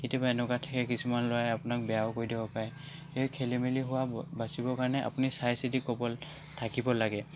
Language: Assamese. কেতিয়াবা এনেকুৱা কিছুমান ল'ৰাই আপোনাক বেয়াও কৰি দিব পাৰে সেই খেলি মেলি হোৱা বাচিবৰ কাৰণে আপুনি চাই চিতি ক'বলৈ থাকিব লাগে